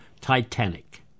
Titanic